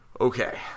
Okay